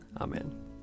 Amen